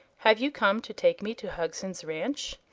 have you come to take me to hugson's ranch?